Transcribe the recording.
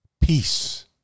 Peace